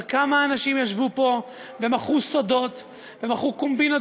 אבל כמה אנשים ישבו פה ומכרו סודות ומכרו קומבינות